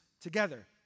together